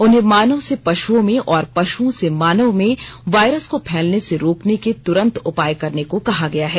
उन्हें मानव से पशुओं में और पशुओं से मानव में वायरस को फैलने से रोकने के तुरंत उपाय करने को कहा गया है